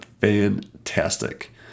fantastic